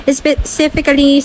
specifically